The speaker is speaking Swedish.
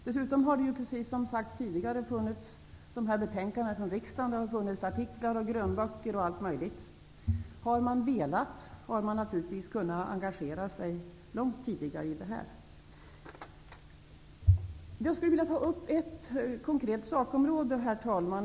Dessutom, som tidigare har nämnts, har riksdagens betänkanden, artiklar, grönböcker o.dyl. funnits. Den som har velat har naurligtvis haft möjlighet att engagera sig i denna fråga långt tidigare. Herr talman!